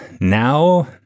now